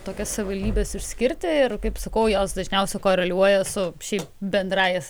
tokias savivaldybes išskirti ir kaip sakau jos dažniausiai koreliuoja su šiaip bendrąja